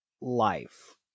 life